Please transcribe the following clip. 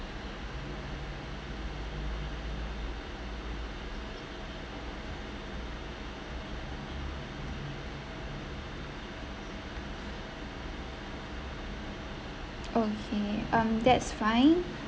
okay um that's fine